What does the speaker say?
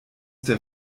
der